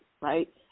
right